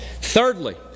thirdly